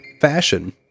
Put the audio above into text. fashion